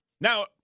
Now